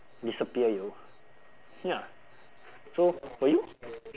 disappear yo ya so for you